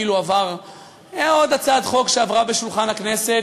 כאילו עוד הצעת חוק שעברה על שולחן הכנסת,